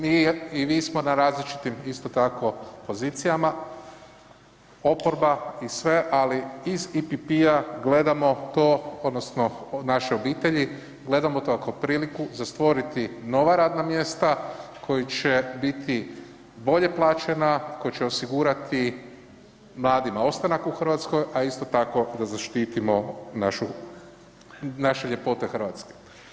Mi i vi smo na različitim isto tako pozicijama, oporba i sve, ali iz IPP-a gledamo to odnosno naše obitelji, gledamo to kao priliku za stvoriti nova radna mjesta koji će biti bolje plaćena, koji će osigurati mladima ostanak u RH, a isto tako da zaštitimo našu, naše ljepote RH.